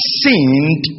sinned